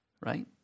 right